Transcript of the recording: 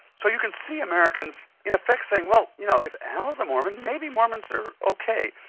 so you can see americans in effect saying, well, you know if al's a mormon, maybe mormons are okay.